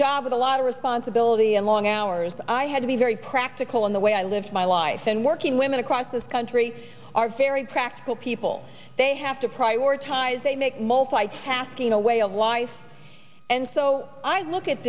job with a lot of responsibility and long hours i had to be very practical in the way i lived my life and working women across this country are very practical people they have to prioritize they make multitasking a way of life and so i look at